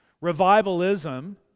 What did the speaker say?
Revivalism